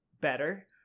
better